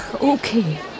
Okay